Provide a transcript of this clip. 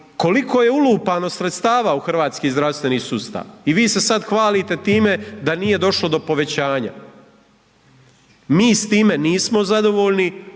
koliko je ulupano sredstava u hrvatski zdravstveni sustav i vi se sad hvalite time da nije došlo do povećanja. Mi s time nismo zadovoljno,